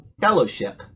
fellowship